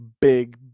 big